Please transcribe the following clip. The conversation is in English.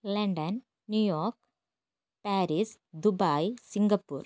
London New York Paris Dubai Singapore